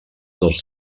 dels